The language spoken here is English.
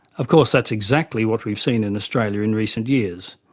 of course that's exactly what we have seen in australia in recent years.